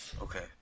Okay